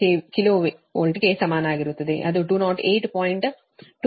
2 KVಗೆ ಸಮಾನವಾಗಿರುತ್ತದೆ ಅದು 208